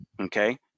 Okay